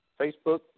Facebook